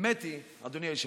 האמת היא, אדוני היושב-ראש,